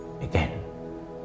again